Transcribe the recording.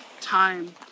time